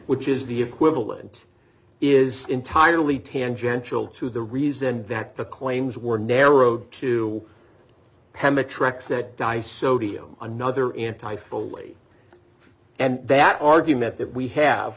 which is the equivalent is entirely tangential to the reason that the claims were narrowed to pema tracks that dice odio another entire fully and that argument that we have